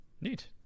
neat